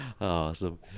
Awesome